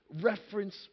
reference